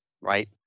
right